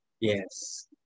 Yes